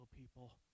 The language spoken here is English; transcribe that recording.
people